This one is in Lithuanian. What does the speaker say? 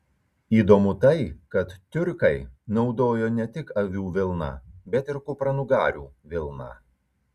įdomu tai kad tiurkai naudojo ne tik avių vilną bet ir kupranugarių vilną